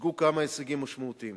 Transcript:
הושגו כמה הישגים משמעותיים: